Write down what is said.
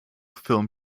film